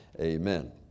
Amen